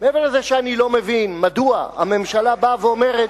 מעבר לזה שאני לא מבין מדוע הממשלה באה ואומרת,